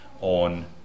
on